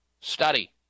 study